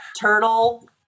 turtle